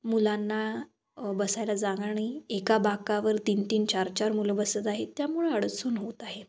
मुलांना बसायला जागा नाही एका बाकावर तीन तीन चार चार मुलं बसत आहे त्यामुळे अडचण होत आहे